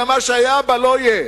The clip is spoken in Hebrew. גם מה שהיה בה לא יהיה.